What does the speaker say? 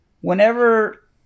whenever